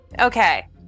Okay